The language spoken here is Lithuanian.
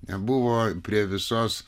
nebuvo prie visos